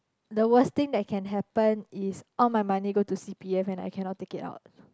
the worst thing that can happen is all my money go to c_p_f and I cannot take it out